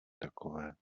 takové